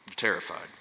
terrified